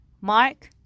Mark